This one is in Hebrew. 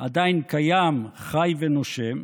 עדיין קיים, חי ונושם,